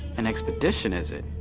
an expedition, is it?